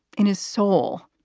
in his soul,